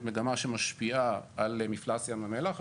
מגמה שמשפיעה על מפלס ים המלח,